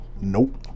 Nope